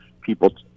people